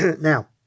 Now